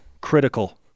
Critical